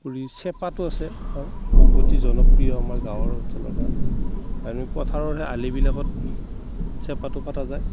বুলি চেপাটো আছে আৰু অতি জনপ্ৰিয় আমাৰ গাঁৱৰ অঞ্চলৰ কাৰণে আমি পথাৰৰ সেই আলিবিলাকত চেপাটো পতা যায়